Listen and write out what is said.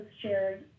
shared